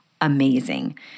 amazing